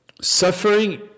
suffering